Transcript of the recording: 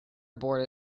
abort